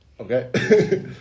Okay